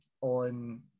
on